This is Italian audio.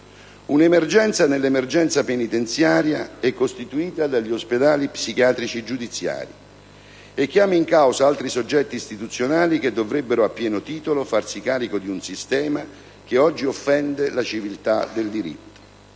Un'emergenza nell'emergenza penitenziaria è costituita dagli ospedali psichiatrici giudiziari e chiama in causa altri soggetti istituzionali che dovrebbero a pieno titolo farsi carico di un sistema che oggi offende la civiltà del diritto.